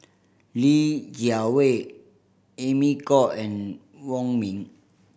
Li Jiawei Amy Khor and Wong Ming